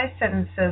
sentences